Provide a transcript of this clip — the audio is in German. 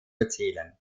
erzählen